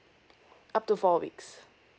up to four weeks